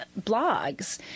blogs